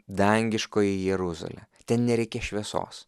dangiškoji jeruzalė ten nereikia šviesos